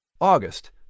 August